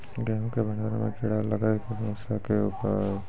गेहूँ के भंडारण मे कीड़ा लागय के समस्या के उपाय?